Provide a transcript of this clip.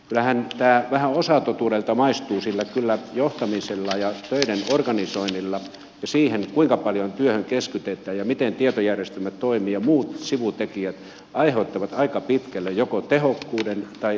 kyllähän tämä vähän osatotuudelta maistuu sillä kyllä johtaminen ja töiden organisointi ja se kuinka paljon työhön keskitytään ja miten tietojärjestelmät toimivat ja muut sivutekijät aiheuttavat aika pitkälle joko tehokkuuden tai tehottomuuden